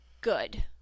good